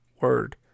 word